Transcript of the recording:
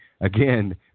again